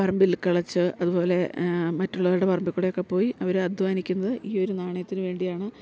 പറമ്പിൽ കിളച്ച് അതു പോലെ മറ്റുള്ളവരുടെ പറമ്പിൽ കൂടെയൊക്കെ പോയി അവർ അദ്ധ്വാനിക്കുന്നത് ഈ ഒരു നാണയത്തിനു വേണ്ടിയാണ്